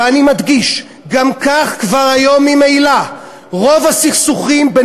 ואני מדגיש: גם כך היום כבר ממילא רוב הסכסוכים בין